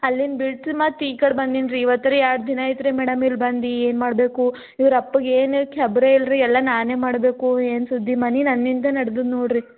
ಅಲ್ಲಿನ ಬಿಟ್ರು ಮತ್ತು ಈ ಕಡೆ ಬಂದಿನಿ ರೀ ಇವತ್ತು ರೀ ಎರಡು ದಿನ ಆಯಿತ್ರಿ ಮೇಡಮ್ ಇಲ್ಲಿ ಬಂದು ಏನು ಮಾಡ್ಬೇಕು ಇವ್ರ ಅಪ್ಪಗೆ ಏನು ಖಬ್ರೆ ಇಲ್ರಿ ಎಲ್ಲ ನಾನೇ ಮಾಡ್ಬೇಕು ಏನು ಸುದ್ದಿ ಮನೆ ನನ್ನಿಂದ ನಡ್ದದೆ ನೋಡ್ರಿ